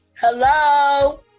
hello